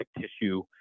tissue